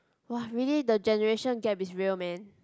!wah! really the generation gap is real man